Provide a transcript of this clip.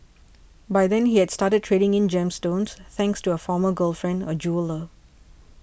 by then he had started trading in gemstones thanks to a former girlfriend a jeweller